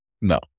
No